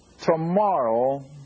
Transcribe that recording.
tomorrow